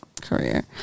career